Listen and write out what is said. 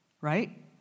Right